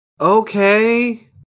Okay